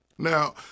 Now